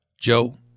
Joe